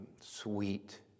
sweet